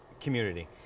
community